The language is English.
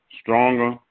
stronger